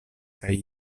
kaj